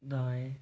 दाएं